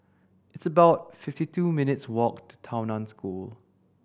it's about fifty two minutes' walk to Tao Nan School